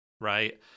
right